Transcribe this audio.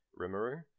Rimuru